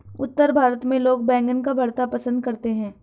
उत्तर भारत में लोग बैंगन का भरता पंसद करते हैं